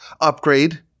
upgrade